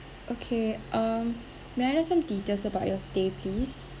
okay um may I have details about your stay please